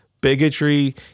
bigotry